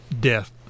death